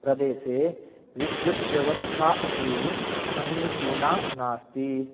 प्रदेशे विद्युत् व्यवस्था अपि समीचीना नास्ति